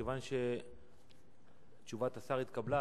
מכיוון שתשובת השר התקבלה,